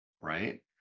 right